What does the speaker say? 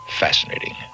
fascinating